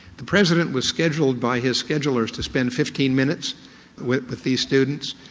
the president was scheduled by his schedulers to spend fifteen minutes with with these students,